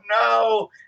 no